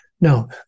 Now